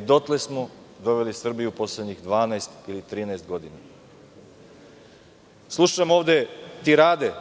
Dotle smo doveli Srbiju poslednjih 12 ili 13 godina. Slušam ovde tirade